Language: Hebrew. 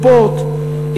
ספורט,